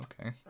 okay